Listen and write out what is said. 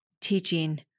teaching